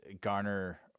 garner